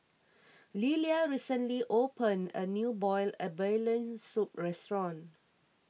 Lelia recently opened a new Boiled Abalone Soup restaurant